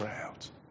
crowds